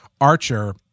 Archer